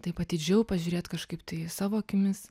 taip atidžiau pažiūrėt kažkaip tai savo akimis